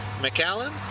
McAllen